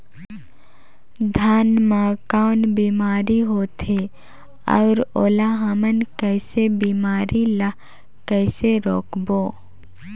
धान मा कौन बीमारी होथे अउ ओला हमन कइसे बीमारी ला कइसे रोकबो?